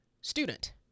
student